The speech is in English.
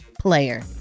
player